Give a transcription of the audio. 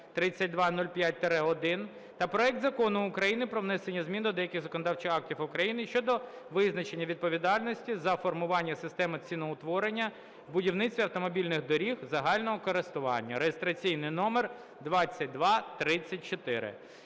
3205-1) та проект Закону України про внесення змін до деяких законодавчих актів України щодо визначення відповідальності за формування системи ціноутворення в будівництві автомобільних доріг загального користування (реєстраційний номер 2234).